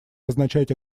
означать